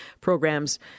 programs